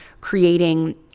creating